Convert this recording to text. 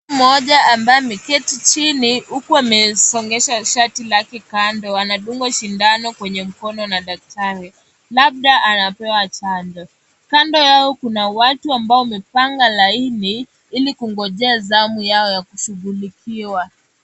Mtu mmoja ambaye ameketi chini huku amesongesha shati lake kando. Anadungwa sindano kwenye mkono na daktari. Labda anapewa chanjo. Kando yao kuna watu wamepanga laini ili kungojea zamu yao ya kushughulikiwa.